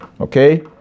okay